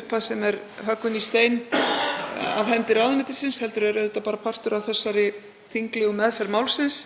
upphæð sem er höggvin í stein af hendi ráðuneytisins heldur er bara partur af þinglegri meðferð málsins.